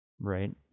Right